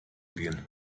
gehen